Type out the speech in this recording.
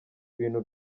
ibintu